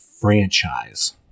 franchise